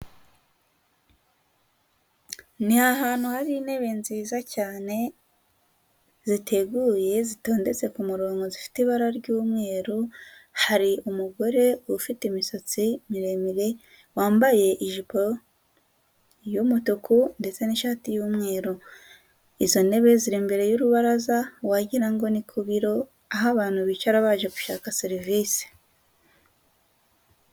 Ni ahantu hari intebe nziza cyane ziteguye zitondetse kumurongo zifite ibara ry'umweru, hari umugore ufite imisatsi miremire wambaye ijipo y'umutuku ndetse n'ishati y'umweru, izo ntebe ziri imbere y'urubaraza wagira ngo ni ku biro aho abantu bicara baje gushaka serivisi.